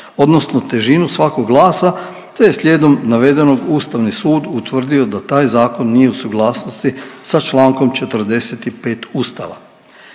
odnosno težinu svakog glasa te je slijedom navedenog Ustavni sud utvrdio da taj Zakon nije u suglasnosti sa čl. 45 Ustava.